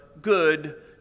good